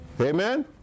Amen